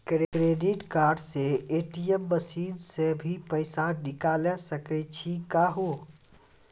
Credit card से ATM machine से भी पैसा निकल सकै छि का हो?